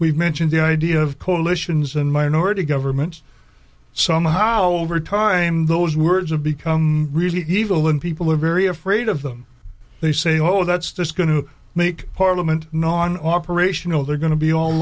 we've mentioned the idea of coalitions and minority governments so somehow over time those words have become really evil when people are very afraid of them they say hold that's just going to make parliament non operational they're going to be all